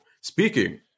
Speaking